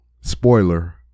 spoiler